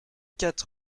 quatre